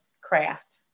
craft